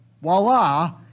voila